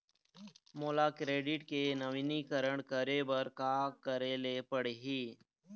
मोला क्रेडिट के नवीनीकरण करे बर का करे ले पड़ही?